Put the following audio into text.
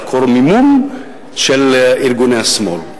לחקור מימון של ארגוני השמאל.